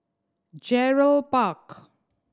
Gerald Park